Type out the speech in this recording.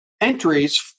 entries